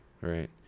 right